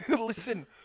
Listen